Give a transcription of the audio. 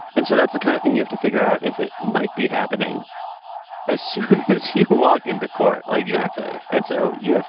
and so that's the kind of thing you have to figure out if it might be happening as soon as you walk into court. like exactly. and so you have.